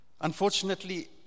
unfortunately